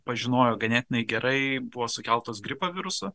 pažinojo ganėtinai gerai buvo sukeltos gripo viruso